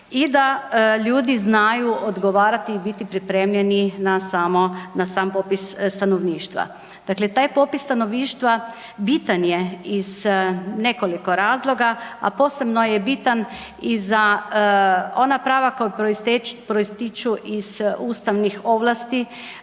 i da ljudi znaju odgovarati i biti pripremljeni na samo, na sam popis stanovništva. Dakle taj popis stanovništva bitan je iz nekoliko razloga, a posebno je bitan i za ona prava koja proističu iz ustavnih ovlasti